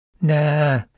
Nah